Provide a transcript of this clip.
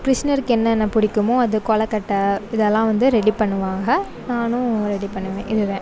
கிருஷ்ணருக்கு என்னென்ன பிடிக்குமோ அந்த கொழு கட்டை இதெல்லாம் வந்து ரெடி பண்ணுவாக நானும் ரெடி பண்ணுவேன் இதுதான்